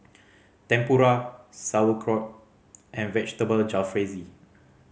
Tempura Sauerkraut and Vegetable Jalfrezi